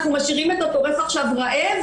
אנחנו משאירים את הטורף עכשיו רעב?